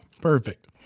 Perfect